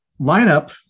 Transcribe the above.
lineup